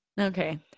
Okay